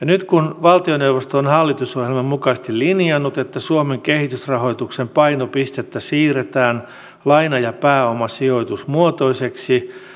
nyt kun valtioneuvosto on hallitusohjelman mukaisesti linjannut että suomen kehitysrahoituksen painopistettä siirretään laina ja pääomasijoitusmuotoiseksi